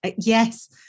yes